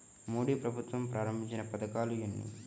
మోదీ ప్రభుత్వం ప్రారంభించిన పథకాలు ఎన్ని?